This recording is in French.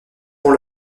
pour